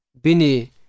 bini